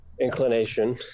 inclination